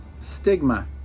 stigma